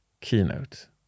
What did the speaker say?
keynote